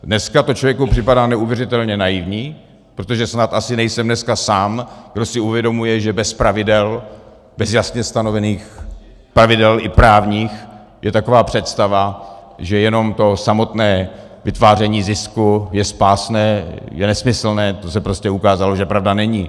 Dnes to člověku připadá neuvěřitelně naivní, protože snad asi nejsem dneska sám, kdo si uvědomuje, že bez pravidel, bez jasně stanovených pravidel, i právních, taková představa, že jenom to samotné vytváření zisku je spásné, je nesmyslná, to se ukázalo, že pravda není.